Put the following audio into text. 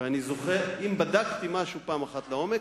אני זוכר אם בדקתי משהו פעם אחת לעומק,